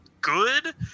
good